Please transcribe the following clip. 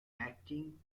acting